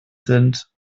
sind